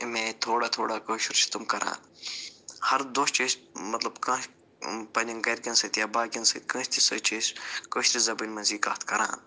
اَمہِ آیہِ تھوڑا تھوڑا کٲشُر چھِ تِم کَران ہر دۄہ چھِ أسۍ مطلب کانٛہہ پنٛنٮ۪ن گَرکٮ۪ن سۭتۍ یا باقین سۭتۍ کٲنٛسہِ تہِ سۭتۍ چھِ أسۍ کٲشرِ زبٲنۍ منٛزٕے کتھ کَران